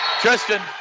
Tristan